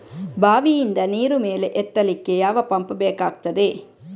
ಬಾವಿಯಿಂದ ನೀರು ಮೇಲೆ ಎತ್ತಲಿಕ್ಕೆ ಯಾವ ಪಂಪ್ ಬೇಕಗ್ತಾದೆ?